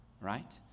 right